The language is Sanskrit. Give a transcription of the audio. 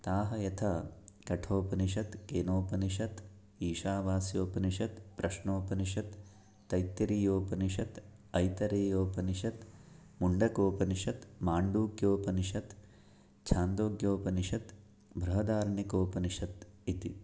ताः यथा कठोपनिषत् केनोपनिषत् ईशावास्योपनिषत् प्रश्नोपनिषत् तैत्तिरीयोपनिषत् ऐतरेयोपनिषत् मुण्डकोपनिषत् माण्डूक्योपनिषत् छान्दोग्योपनिषत् बृहदारण्यकोपनिषत् इति